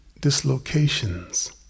dislocations